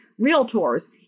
realtors